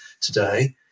today